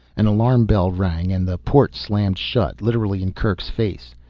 an alarm bell rang and the port slammed shut, literally in kerk's face.